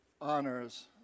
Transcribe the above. honors